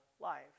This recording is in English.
life